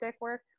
work